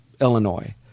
Illinois